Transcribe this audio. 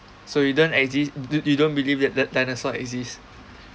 so you don't exist yo~ you don't believe that that dinosaur exist